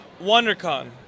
WonderCon